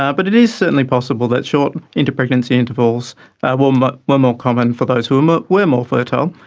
um but it is certainly possible that short inter-pregnancy intervals were um but were more common for those who um ah were more fertile,